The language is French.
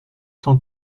cent